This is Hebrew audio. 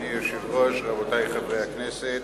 אדוני היושב-ראש, רבותי חברי הכנסת,